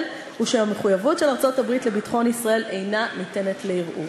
ועל כך שהמחויבות של ארצות-הברית לביטחון ישראל אינה ניתנת לערעור.